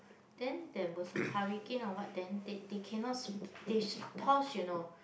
then there was a hurricane or what then they they cannot they pause you know